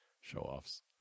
Show-offs